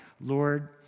Lord